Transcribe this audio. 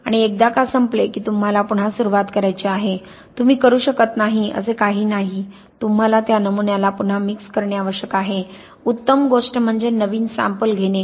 आणि एकदा का संपले की तुम्हाला पुन्हा सुरुवात करायची आहे तुम्ही करू शकत नाही असे काहीही नाही तुम्हाला त्या नमुन्याला पुन्हा मिक्स करणे आवश्यक आहे उत्तम गोष्ट म्हणजे नवीन सॅम्पल घेणे